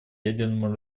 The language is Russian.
ядерному